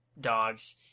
dogs